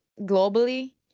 globally